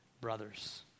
brothers